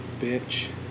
Bitch